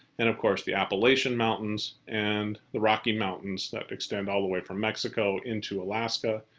and of course, the appalachian mountains and the rocky mountains that extend all the way from mexico into alaska,